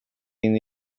inne